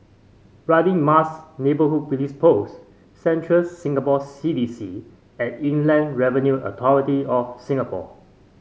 Radin Mas Neighbourhood Police Post Central Singapore C D C and Inland Revenue Authority of Singapore